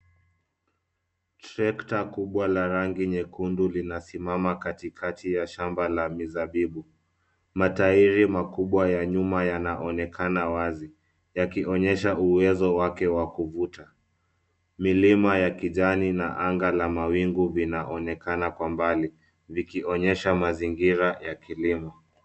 Trekta kubwa la rangi nyekundu linasimama katikati ya shamba la mizabibu. Matairi makubwa ya nyuma yanaonekana wazi yakionyesha uwezo wake wa kuvuta. Milima ya kijani na anga la mawingu vinaonekana kwa mbali vikionyesha mazingira ya kilimo.